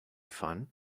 fun